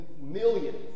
Millions